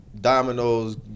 Dominoes